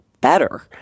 better